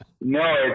No